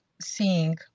seeing